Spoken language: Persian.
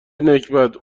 نکبت